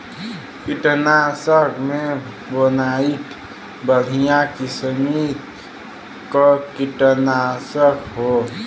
कीटनाशक में बोनाइट बढ़िया किसिम क कीटनाशक हौ